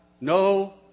No